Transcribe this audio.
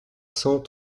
cent